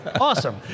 awesome